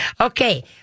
Okay